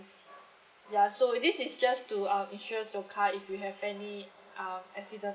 ya so this is just to um insure your car if you have any um accident